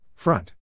Front